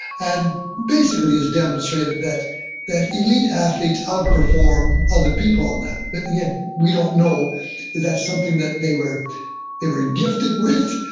and basically has demonstrated that that elite athletes outperform other people on that. but yeah we don't know if that's something that they were they were gifted with.